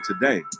today